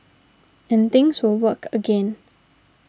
and things will work again